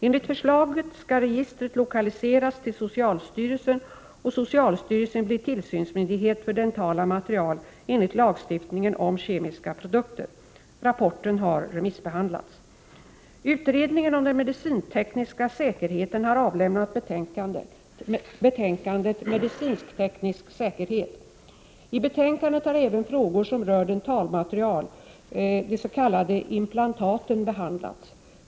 Enligt förslaget skall registret lokaliseras till socialstyrelsen och socialstyrelsen bli tillsynsmyndighet för dentala material enligt lagstiftningen om kemiska produkter. Rapporten har remissbehandlats. Utredningen om den medicintekniska säkerheten har avlämnat betänkandet Medicinteknisk säkerhet. I betänkandet har även frågor som rör dentalmaterial, de s.k. implantaten, behandlats.